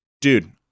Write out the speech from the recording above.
Dude